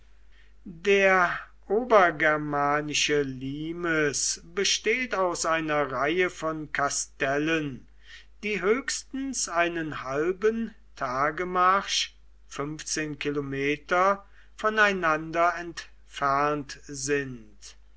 der obergermanische limes besteht aus einer reihe von kastellen die höchstens einen halben tagemarsch kilometer voneinander entfernt sind